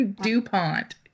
DuPont